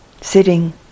sitting